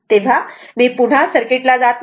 तेव्हा मी पुन्हा सर्किट ला जात नाही